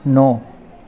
न'